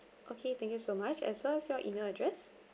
okay thank you so much as well as your email address